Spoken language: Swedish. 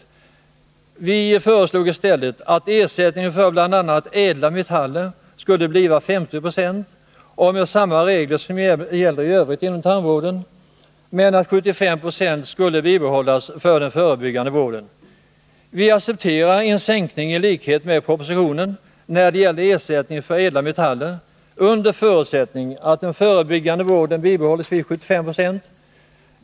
Vi Besparingar i föreslog i stället att ersättning för bl.a. ädla metaller skulle utgå med 50 96 statsverksamheten, och att oförändrade regler skulle gälla i övrigt inom tandvården, men att en ,, m. 75-procentig ersättning skulle bibehållas för den förebyggande vården. Vi accepterar nu en sänkning av ersättningen för ädla metaller i enlighet med propositionens förslag, under förutsättning att ersättningsnivån för den förebyggande vården bibehålls vid 75 90.